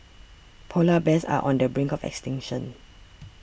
Polar Bears are on the brink of extinction